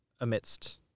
amidst